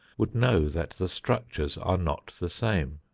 would know that the structures are not the same.